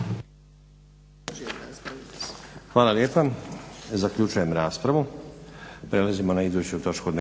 Hvala lijepa. Zaključujem raspravu.